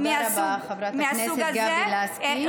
תודה רבה, חברת הכנסת גבי לסקי.